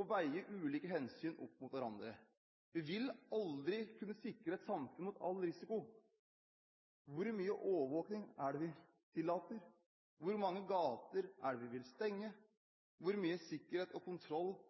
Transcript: å veie ulike hensyn opp mot hverandre. Vi vil aldri kunne sikre et samfunn mot all risiko. Hvor mye overvåkning er det vi tillater, hvor mange gater vil vi stenge, hvor mye sikkerhet og kontroll